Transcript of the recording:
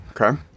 Okay